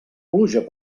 pluja